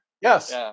Yes